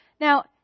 Now